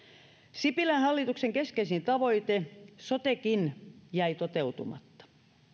sipilän hallituksen keskeisin tavoitekin sote jäi toteutumatta